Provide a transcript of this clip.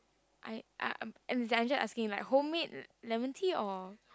I I'm just asking like homemade lemon tea or